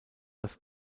das